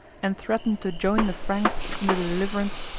and threatened to join the franks in the deliverance